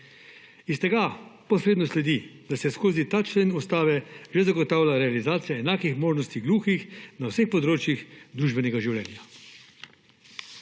Iz tega posredno sledi, da se skozi ta člen ustave že zagotavlja realizacija enakih možnosti gluhih na vseh področjih družbenega življenja.